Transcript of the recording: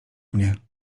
mnie